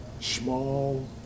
small